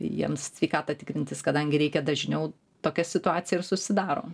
jiems sveikatą tikrintis kadangi reikia dažniau tokia situacija ir susidaro